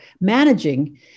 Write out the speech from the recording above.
managing